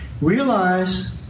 Realize